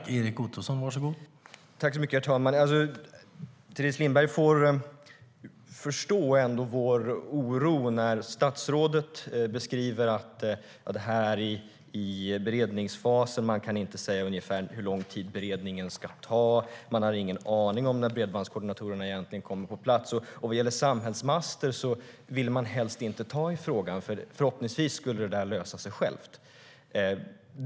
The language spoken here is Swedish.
Herr talman! Teres Lindberg får ändå förstå vår oro när statsrådet beskriver att det här är i beredningsfasen, att man inte kan säga ungefär hur lång tid beredningen ska ta och att man inte har någon aning om när bredbandskoordinatorerna egentligen kommer på plats. Vad gäller samhällsmaster vill man helst inte ta i frågan; förhoppningsvis löser det sig av sig självt, menar man.